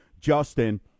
Justin